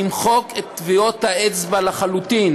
נמחק את טביעות האצבע לחלוטין,